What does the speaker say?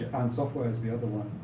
and software is the other one,